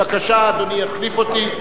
בבקשה, אדוני יחליף אותי.